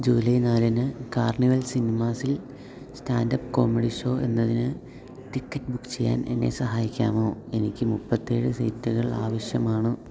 July നാലിന് carnival സിനിമാസിൽ stand-up comedy show എന്നതിന് ടിക്കറ്റ് ബുക്ക് ചെയ്യാൻ എന്നെ സഹായിക്കാമോ എനിക്ക് മുപ്പത്തേഴ് സീറ്റുകൾ ആവശ്യമാണ്